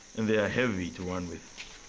and they are heavy to run with.